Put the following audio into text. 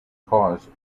cause